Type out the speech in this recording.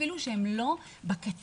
אפילו שהם לא בקצוות,